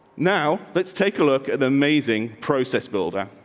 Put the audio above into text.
now let's take a look at the amazing process. builder,